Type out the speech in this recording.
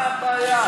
מה הבעיה?